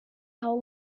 how